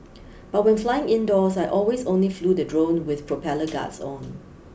but when flying indoors I always only flew the drone with propeller guards on